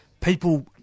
people